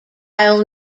i’ll